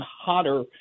hotter